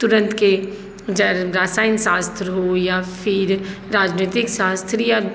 तुरन्तके रसायन शास्त्र हो या फिर राजनीतिक शास्त्र या